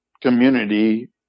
community